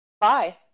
Bye